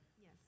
Yes